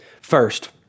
First